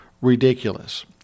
ridiculous